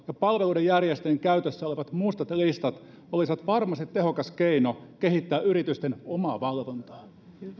ja palveluiden järjestäjien käytössä olevat mustat listat olisivat varmasti tehokas keino kehittää yritysten omaa valvontaa